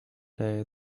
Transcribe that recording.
day